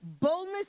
Boldness